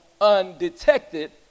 undetected